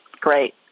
Great